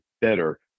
better